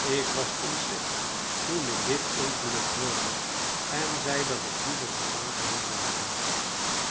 ik was ontzet toen ik dit ongeluk hoorde en zei dat ik liever wat water wilde hebben